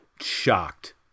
shocked